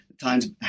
times